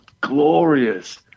glorious